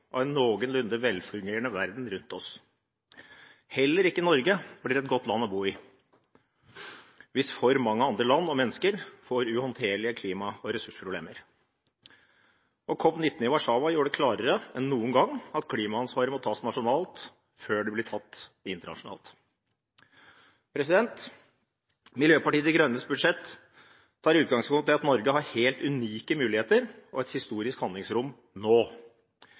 enn noen gang at klimaansvaret må tas nasjonalt før det blir tatt internasjonalt. Miljøpartiet De Grønnes budsjett tar utgangspunkt i at Norge har helt unike muligheter og et historisk handlingsrom nå.